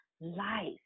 life